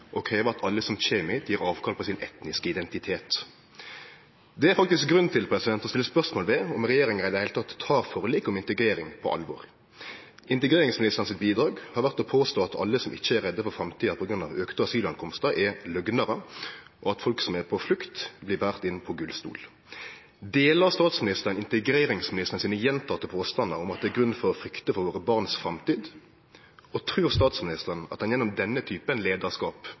og krev at alle som kjem hit, gjev avkall på sin etniske identitet. Det er faktisk grunn til å stille spørsmål ved om regjeringa i det heile tek forliket om integrering på alvor. Bidraget frå integreringsministeren har vore å påstå at alle som ikkje er redde for framtida på grunn av at talet på asylsøkjarar aukar, er løgnarar, og at folk som er på flukt, blir borne inn på gullstol. Deler statsministeren dei gjentekne påstandane frå integreringsministeren om at det er grunn til å frykte for framtida til barna våre, og trur statsministeren at ein gjennom denne typen